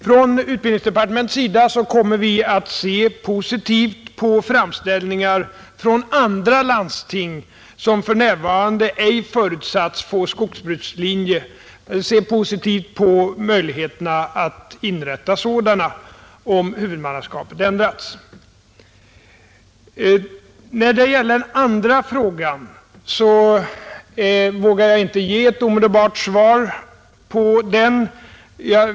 Från utbildningsdepartementets sida kommer vi att se positivt på framställningar från andra landsting, som för närvarande ej förutsatts få skogsbrukslinje, om att få inrätta sådana, huvudmannaskapet ändrats. På den andra frågan vågar jag inte ge ett omedelbart svar.